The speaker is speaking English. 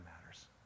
matters